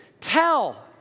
tell